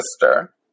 sister